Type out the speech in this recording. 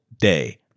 day